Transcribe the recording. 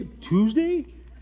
Tuesday